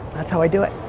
that's how i do it.